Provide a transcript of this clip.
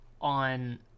on